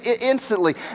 instantly